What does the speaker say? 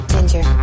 Ginger